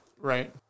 Right